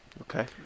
Okay